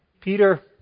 Peter